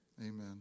Amen